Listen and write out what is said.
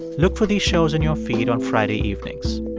look for the shows in your feed on friday evenings.